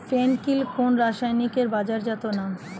ফেন কিল কোন রাসায়নিকের বাজারজাত নাম?